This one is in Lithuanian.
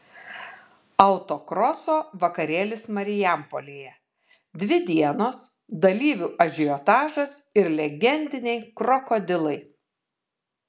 autokroso vakarėlis marijampolėje dvi dienos dalyvių ažiotažas ir legendiniai krokodilai